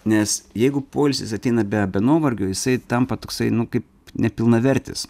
nes jeigu poilsis ateina be be nuovargio jisai tampa toksai nu kaip nepilnavertis